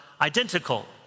identical